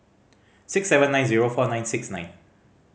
six seven nine zero four nine six nine